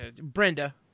Brenda